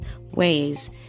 ways